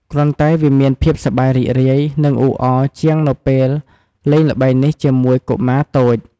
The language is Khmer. គ្រាន់តែ វាមានភាពសប្បាយរីករាយ និង អ៊ូអរជាងនៅពេលលេងល្បែងនេះជាមួយកុមារតូច។